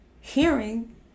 hearing